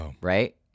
right